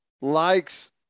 likes